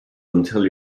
until